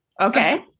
Okay